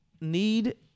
need